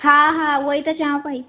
हा हा उहो ई त चवां पई